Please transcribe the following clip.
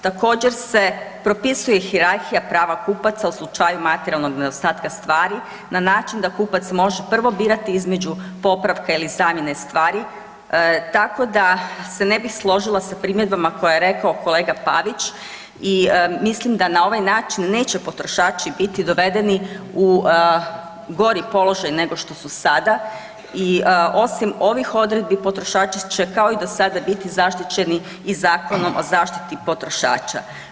Također se propisuje hijerarhija prava kupaca u slučaju materijalnog nedostatka stvari na način da kupac može prvo birati između popravka ili zamjene stvari tako da se ne bih složila sa primjedbama koje je rekao kolega Pavić i mislim da na ovaj način neće potrošači biti doneseni u gori položaj nego što su sada i osim ovih odredbi, potrošači će, kao i do sada biti zaštićeni i Zakonom o zaštiti potrošača.